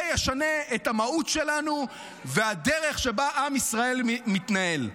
זה ישנה את המהות שלנו ואת הדרך שבה עם ישראל מתנהל.